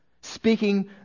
speaking